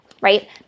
right